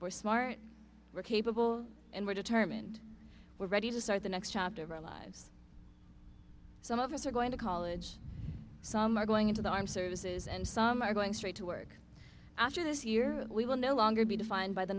we're smart we're capable and we're determined we're ready to start the next chapter of our lives some of us are going to college some are going into the armed services and some are going straight to work after this year we will no longer be defined by the